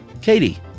Katie